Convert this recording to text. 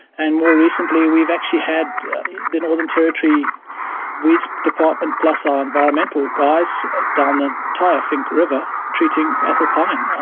and more recently we've actually had the northern territory weeds department plus our environmental guys down the entire finke river treating athel pine.